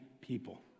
people